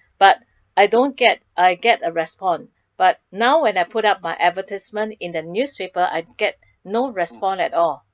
but I don't get I get a respond but now when I put up my advertisement in the newspaper I get no respond at all